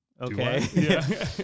okay